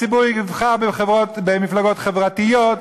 הציבור יבחר במפלגות חברתיות,